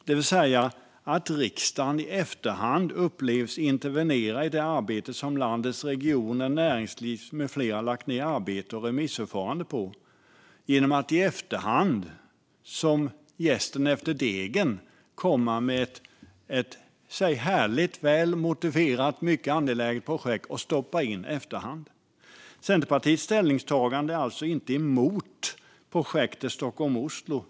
Det kommer att upplevas som att riksdagen i efterhand intervenerar i det arbete som landets regioner, näringsliv med flera har lagt ned arbete och remissförfarande på genom att man, som jästen efter degen, kommer med ett i sig härligt, väl motiverat och mycket angeläget projekt och stoppar in det i efterhand. Centerpartiets ställningstagande är alltså inte emot projektet Stockholm-Oslo.